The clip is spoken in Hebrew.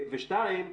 ושניים,